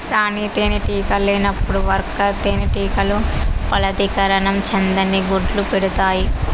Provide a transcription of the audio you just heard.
రాణి తేనెటీగ లేనప్పుడు వర్కర్ తేనెటీగలు ఫలదీకరణం చెందని గుడ్లను పెడుతాయి